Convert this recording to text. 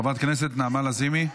חברת הכנסת נעמה לזימי,